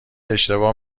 اشتباه